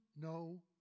no